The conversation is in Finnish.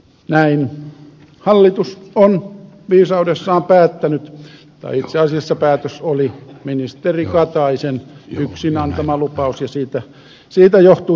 näin hallitus on viisaudessaan päättänyt tai itse asiassa päätös oli ministeri kataisen yksin antama lupaus ja siitä johtuu tämä tilanne